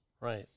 right